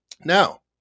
Now